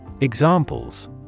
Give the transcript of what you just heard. Examples